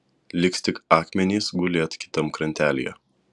liks tik akmenys gulėt kitam krantelyje